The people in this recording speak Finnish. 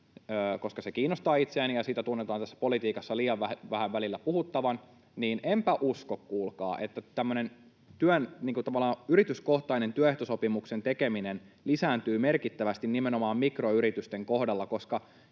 koska se kiinnostaa itseäni ja siitä tunnutaan tässä politiikassa liian vähän välillä puhuttavan — niin enpä usko, kuulkaa, että tämmöinen tavallaan yrityskohtainen työehtosopimuksen tekeminen lisääntyy merkittävästi nimenomaan mikroyritysten kohdalla,